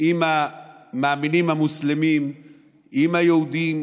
עם המאמינים המוסלמים ועם היהודים,